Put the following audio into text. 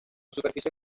superficie